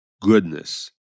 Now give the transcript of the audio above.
goodness